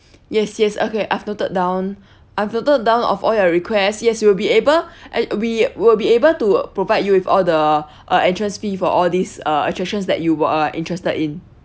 yes yes okay I've noted down I've noted down of all your requests yes you will be able and we will be able to provide you with all the uh entrance fee for all these uh attractions that you are interested in